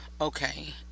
okay